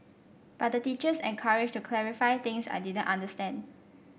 but the teachers encouraged to clarify things I didn't understand